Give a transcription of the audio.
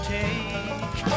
take